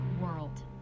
world